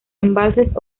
embalses